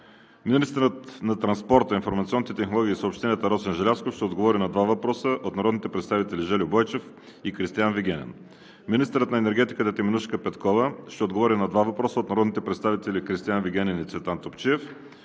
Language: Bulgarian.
Министърът на транспорта информационните технологии и съобщенията Росен Желязков ще отговори на два въпроса от народните представители Жельо Бойчев и Кристиан Вигенин. 2. Министърът на енергетиката Теменужка Петкова ще отговори на два въпроса от народните представители Кристиан Вигенин и Цветан Топчиев.